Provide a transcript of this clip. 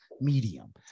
medium